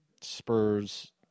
Spurs